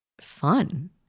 fun